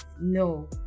no